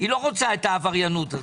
היא לא רוצה את העבריינות הזו.